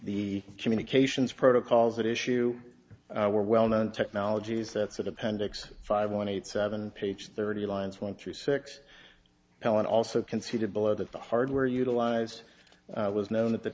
the communications protocols that issue were well known technologies that sort appendix five one eight seven page thirty lines one through six helen also conceded below that the hardware utilized was known at the